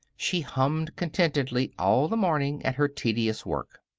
she hummed contentedly all the morning at her tedious work.